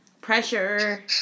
Pressure